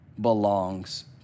belongs